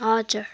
हजुर